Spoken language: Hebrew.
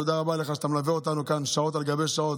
תודה רבה לך שאתה מלווה אותנו כאן שעות על גבי שעות,